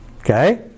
Okay